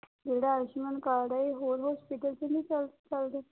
ਜਿਹੜਾ ਆਯੁਸ਼ਮਾਨ ਕਾਰਡ ਆ ਇਹ ਹੋਰ ਹੋਸਪਿਟਲ 'ਚ ਨਹੀਂ ਚੱਲ ਸਕਦਾ